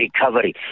recovery